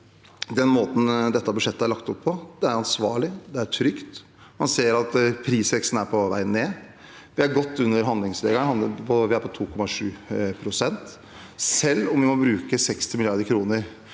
den måten dette budsjettet er lagt opp på, er ansvarlig og trygt. Man ser at prisveksten er på vei ned. Vi er godt under handlingsregelen. Vi er på 2,7 pst., og selv om vi må bruke 60 mrd. kr